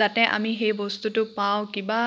যাতে আমি সেই বস্তুটো পাওঁ কিবা